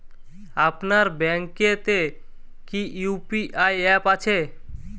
আপনার ব্যাঙ্ক এ তে কি ইউ.পি.আই অ্যাপ আছে?